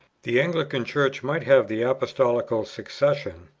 the anglican church might have the apostolical succession,